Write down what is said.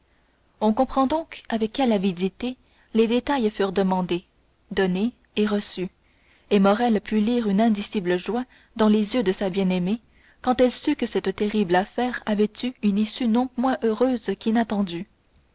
on comprend donc avec quelle avidité les détails furent demandés donnés et reçus et morrel put lire une indicible joie dans les yeux de sa bien-aimée quand elle sut que cette terrible affaire avait eu une issue non moins heureuse qu'inattendue